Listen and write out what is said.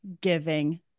giving